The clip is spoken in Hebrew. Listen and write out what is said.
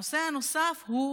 הנושא הנוסף הוא